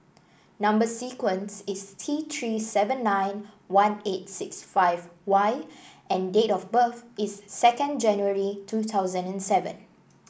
number sequence is T Three seven nine one eight six five Y and date of birth is second January two thousand and seven